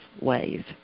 ways